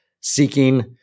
seeking